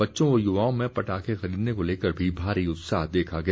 बच्चों व युवाओं में पटाखे खरीदने को लेकर भी भारी उत्साह देखा गया